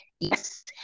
Yes